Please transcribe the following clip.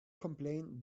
complain